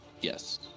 Yes